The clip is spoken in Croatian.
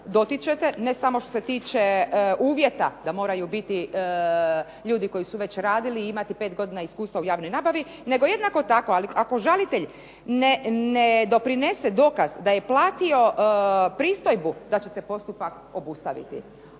dotičete ne samo što se tiče uvjeta da moraju biti ljudi koji su već radili i imati 5 godina iskustva u javnoj nabavi, nego jednako tako, ali ako žalitelj ne doprinese dokaz da je platio pristojbu da će se postupak obustaviti.